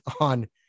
on